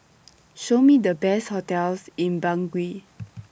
Show Me The Best hotels in Bangui